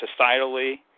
societally